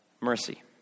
mercy